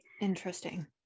Interesting